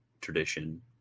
tradition